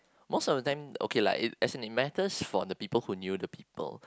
most of the time okay lah it as in it matters for the people who knew the people